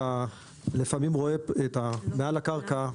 אתה לפעמים רואה מעל הקרקע,